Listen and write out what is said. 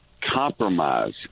compromise